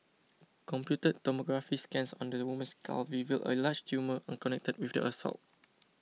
computed tomography scans on the woman's skull revealed a large tumour unconnected with the assault